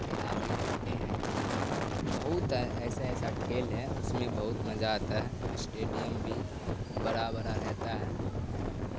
کھلاڑی رہتے ہیں بہت ایسا ایسا کھیل ہے اس میں بہت مزہ آتا ہے اسٹیڈیم بھی بڑا بڑا رہتا ہے